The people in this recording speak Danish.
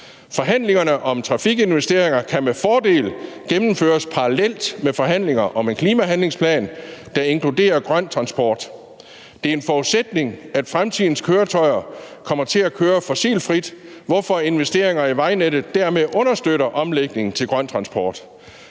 Forhandlingerne om trafikinvesteringer kan med fordel gennemføres parallelt med forhandlinger om en klimahandlingsplan, der inkluderer grøn transport. Det er en forudsætning, at fremtidens køretøjer kommer til at køre fossilfrit, hvorfor investeringer i vejnettet understøtter omlægningen til grøn transport.